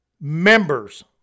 members